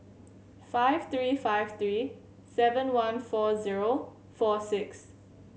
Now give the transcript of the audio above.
five three five three seven one four zero four six